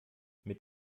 mit